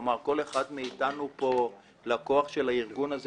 כל אחד מאיתנו פה לקוח של הארגון הזה